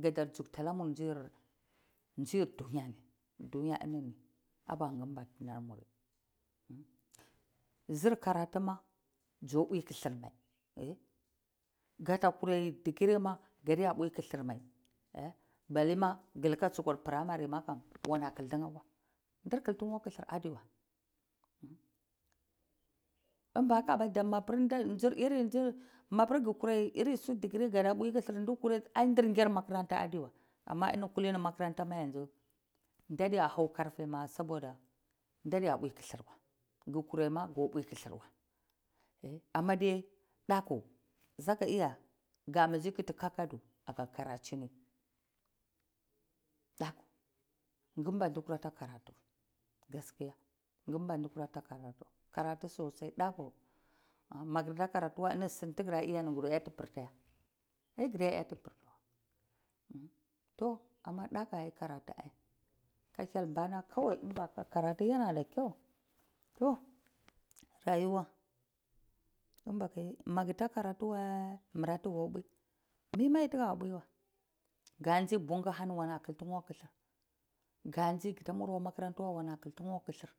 Kadar dzukti anamuri nzir nzir dunyar muri dunya inini ini ngimba dinnar muri zir karatuma dzor pwi kilir maa, kata kurai degree ma ga diya pwi kilir wai balema gi lika tsukar primary ma wanna kil tine dir kiltinhe akwa kilir ma adiwai in bahakaba da masu irin dzir masu gi kurai irinsu degree gada pwi kilir ndi kurai ai dir nger makaranta adiwai amaini kulini makaranta adi ya nziweh ndadiya hau karfi ma saboda nda diya pwi kilir wai gi kurai ma gadiya pwi kilir wai a a made daku zakaiyi ga mbizi kiti kakadu aga karaeini daku, ngimka ndi tara karatu gaskiya ngimba ndi kurata karatu karatu sosai daku magir ta karatu wai ini su tu gira ta iya ni gura iti pirta ya ai gura yati pirteh weh toh ama daku ai karatu ai ka hyel bana kowai in bahakaba karatu yana da kyau to rayuwa magita karatuwai mira tiga pwi? Mima tiga pwi wai ka dzi bungu ahani wana ku tine akwa kilir ga nzi gi ta muari akwa makaranteh weh wana kil tine akwa kilir